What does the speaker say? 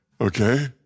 Okay